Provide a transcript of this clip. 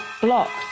blocked